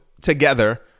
together